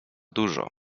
dużo